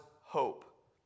hope